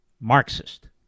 Marxist